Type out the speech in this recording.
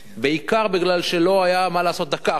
בעיקר מפני שלא היה מה לעשות דקה אחרי